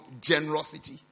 generosity